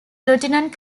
lieutenant